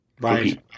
right